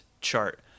chart